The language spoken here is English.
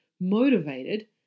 motivated